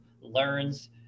learns